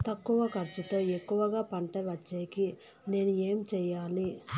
తక్కువ ఖర్చుతో ఎక్కువగా పంట వచ్చేకి నేను ఏమి చేయాలి?